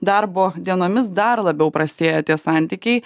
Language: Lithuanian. darbo dienomis dar labiau prastėja tie santykiai